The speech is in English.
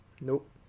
Nope